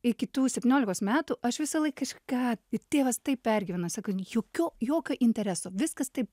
iki tų septyniolikos metų aš visą laiką kaž ką ir tėvas taip pergyveno sako jokio jokio intereso viskas taip